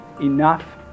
Enough